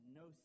no